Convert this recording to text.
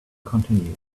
continued